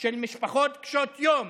של משפחות קשות יום,